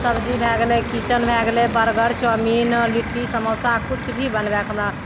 सबजी भै गेलै किचन भै गेलै बर्गर चाउमीन लिट्टी समोसा किछु भी बनबैके हमरा